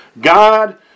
God